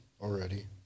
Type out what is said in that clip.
already